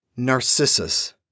Narcissus